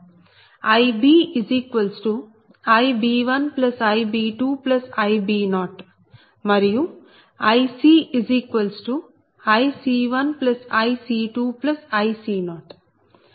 IbIb1Ib2Ib0 మరియు IcIc1Ic2Ic0